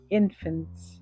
infants